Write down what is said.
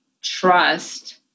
trust